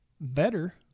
better